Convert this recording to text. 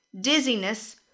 dizziness